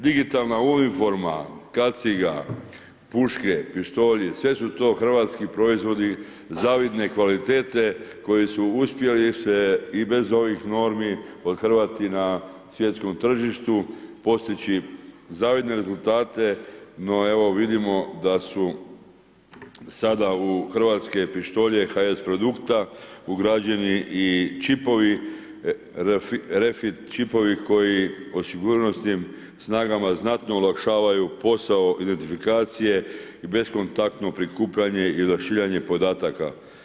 Digitalna uniforma, kaciga, puške, pištolji, sve su to hrvatski proizvodi zavidne kvalitete, koji su uspjeli se i bez ovih normi, othrvati na svjetskom tržištu, postići zavidne rezultate, no evo, vidimo da su sada u hrvatske pištolje Hrvatskog sabora produkta ugrađeni i čipovi refit čipovi, koji pod sigurnosnim snagama znatno olakšavaju posao ratifikacije, beskontakno prikupljanje i odašiljanje podataka.